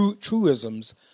truisms